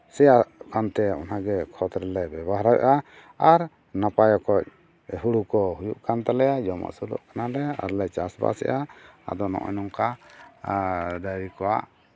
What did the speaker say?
ᱥᱮᱭᱟᱜ ᱠᱟᱱᱛᱮ ᱚᱱᱟᱜᱮ ᱠᱷᱚᱛ ᱨᱮᱞᱮ ᱵᱮᱵᱚᱦᱟᱨᱮᱫᱼᱟ ᱟᱨ ᱱᱟᱯᱟᱭ ᱚᱠᱚᱡ ᱦᱩᱲᱩ ᱠᱚ ᱦᱩᱭᱩᱜ ᱠᱟᱱ ᱛᱟᱞᱮᱭᱟ ᱡᱚᱢ ᱟᱹᱥᱩᱞᱚᱜ ᱠᱟᱱᱟᱞᱮ ᱟᱨᱞᱮ ᱪᱟᱥ ᱵᱟᱥᱮᱜᱼᱟ ᱟᱫᱚ ᱱᱚᱜᱼᱚᱭ ᱱᱚᱝᱠᱟ ᱟᱨ ᱰᱟᱝᱨᱤ ᱠᱚᱣᱟᱜ